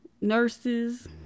nurses